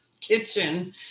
kitchen